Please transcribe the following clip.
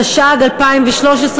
התשע"ג 2013,